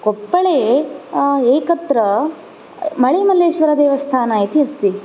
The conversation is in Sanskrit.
कोप्पले एकत्र मलेमल्लेश्वरदेवस्थान इति अस्ति